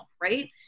Right